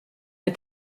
der